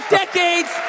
decades